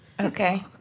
Okay